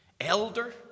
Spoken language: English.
elder